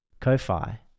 Ko-Fi